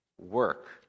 work